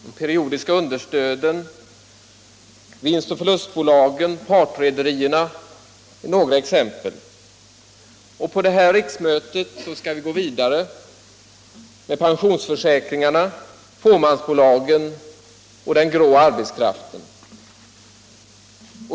De periodiska understöden, vinstoch förlustbolagen och partrederierna är några exempel härpå. Vid detta riksmöte skall vi gå vidare med pensionsförsäkringarna, fåmansbolagen och den grå arbetskraften.